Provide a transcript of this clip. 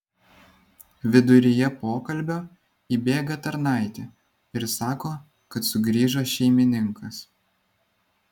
viduryje pokalbio įbėga tarnaitė ir sako kad sugrįžo šeimininkas